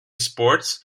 sports